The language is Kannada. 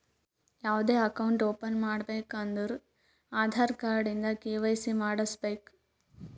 ಯಾವ್ದೇ ಅಕೌಂಟ್ ಓಪನ್ ಮಾಡ್ಬೇಕ ಅಂದುರ್ ಆಧಾರ್ ಕಾರ್ಡ್ ಇಂದ ಕೆ.ವೈ.ಸಿ ಮಾಡ್ಸಬೇಕ್